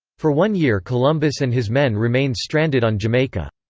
for one year columbus and his men remained stranded on jamaica.